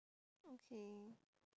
okay